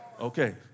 Okay